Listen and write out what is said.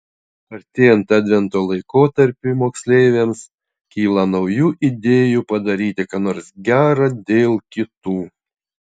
artėjant advento laikotarpiui moksleiviams kyla naujų idėjų padaryti ką nors gera dėl kitų